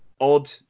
odd